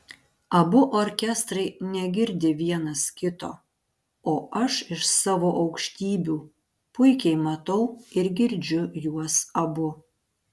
abu orkestrai negirdi vienas kito o aš iš savo aukštybių puikiai matau ir girdžiu juos abu